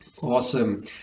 Awesome